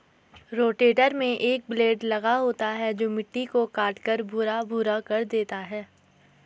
rotator में एक blade लगा होता है जो मिट्टी को काटकर भुरभुरा कर देता है